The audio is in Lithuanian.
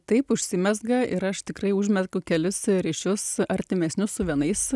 taip užsimezga ir aš tikrai užmezgiau kelius ryšius artimesnius su vienais